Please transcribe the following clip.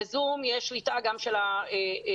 בזום יש שליטה גם של המורה.